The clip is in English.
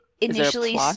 initially